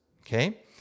okay